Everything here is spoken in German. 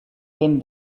wem